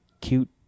cute